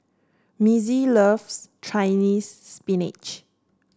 Missie loves Chinese Spinach